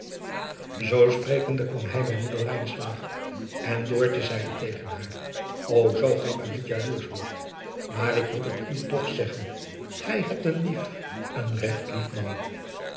oo sprekende kwam hij bij oeder en zeide tegen haar o zoo gij maar niet jaloersch wordt maar ik moet het u toch zeggen gij hebt een lief een regt lief man